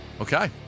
Okay